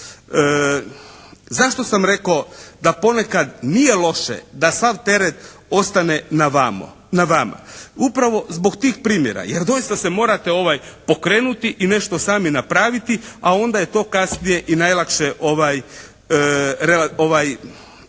Zašto sam rekao da ponekad nije loše da sav teret ostane na vama upravo zbog tih primjera, jer doista se morate pokrenuti i nešto sami napraviti, a onda je to kasnije i najlakše